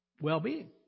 well-being